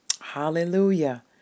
hallelujah